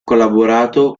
collaborato